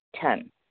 Ten